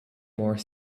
more